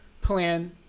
plan